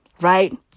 right